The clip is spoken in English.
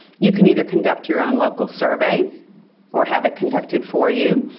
you can either conduct your own local survey or have it conducted for you,